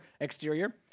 exterior